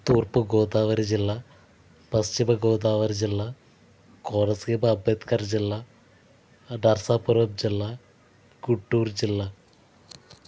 తూర్పుగోదావరి జిల్లా పశ్చిమగోదావరి జిల్లా కోనసీమ అంబేద్కర్ జిల్లా నరసాపురం జిల్లా గుంటూరు జిల్లా